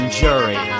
jury